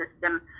system